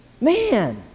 Man